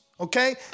Okay